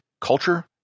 culture